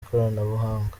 ikoranabuhanga